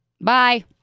bye